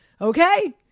Okay